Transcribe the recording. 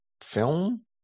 film